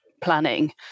planning